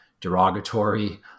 derogatory